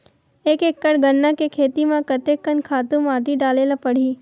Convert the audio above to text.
एक एकड़ गन्ना के खेती म कते कन खातु माटी डाले ल पड़ही?